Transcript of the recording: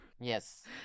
Yes